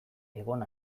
egon